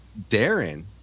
darren